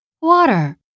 Water